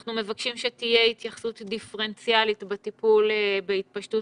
אנחנו מבקשים שתהיה התייחסות דיפרנציאלית בטיפול בהתפשטות